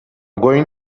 going